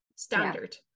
Standard